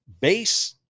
base